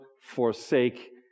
forsake